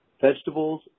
vegetables